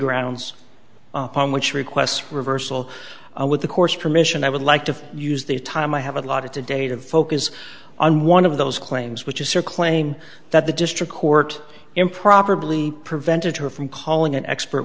grounds upon which request reversal with the course permission i would like to use the time i have allotted to date of focus on one of those claims which is her claim that the district court improperly prevented her from calling an expert